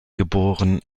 geboren